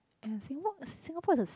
and Singapore Singapore is the